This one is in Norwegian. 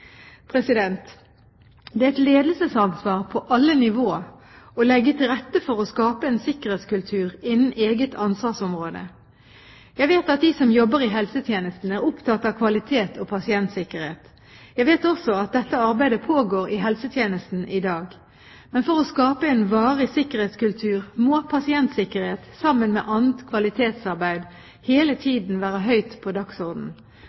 Det er et ledelsesansvar på alle nivåer å legge til rette for å skape en sikkerhetskultur innenfor eget ansvarsområde. Jeg vet at de som jobber i helsetjenesten, er opptatt av kvalitet og pasientsikkerhet. Jeg vet også at dette arbeidet pågår i helsetjenesten i dag. Men for å skape en varig sikkerhetskultur må pasientsikkerhet, sammen med annet kvalitetsarbeid, hele tiden være høyt på dagsordenen.